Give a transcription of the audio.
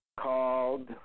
called